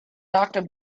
doctor